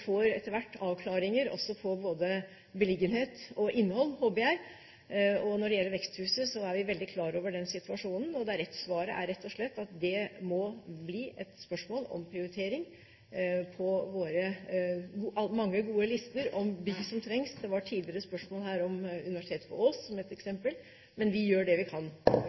får etter hvert avklaringer både når det gjelder beliggenhet og innhold, håper jeg. Når det gjelder veksthuset, er vi veldig klar over den situasjonen. Svaret er rett og slett at det må bli et spørsmål om prioritering på våre mange gode lister om bygg som trengs. Det var tidligere spørsmål her om Universitetet på Ås, som et eksempel, men vi gjør det vi kan